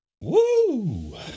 Woo